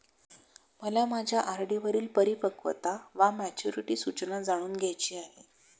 मला माझ्या आर.डी वरील परिपक्वता वा मॅच्युरिटी सूचना जाणून घ्यायची आहे